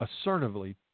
assertively